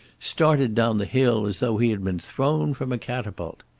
started down the hill as though he had been thrown from a catapult.